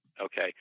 okay